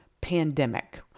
pandemic